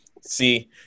see